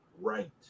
right